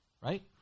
right